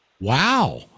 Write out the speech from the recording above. Wow